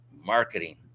marketing